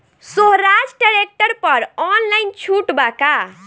सोहराज tractor पर online छूट बा का?